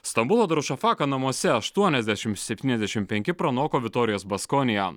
stambulo drušafaka namuose aštuoniasdešimt septyniasdešimt penki pranoko vitorijos baskoniją